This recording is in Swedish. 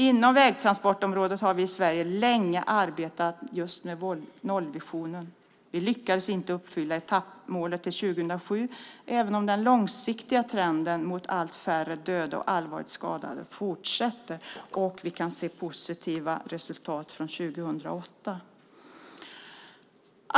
Inom vägtransportområdet har vi i Sverige länge arbetat med nollvisionen. Vi lyckades inte uppfylla etappmålet till 2007, även om den långsiktiga trenden mot allt färre dödade och allvarligt skadade fortsätter. Vi kan se positiva resultat från 2008.